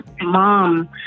mom